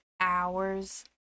hours